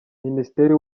ministeri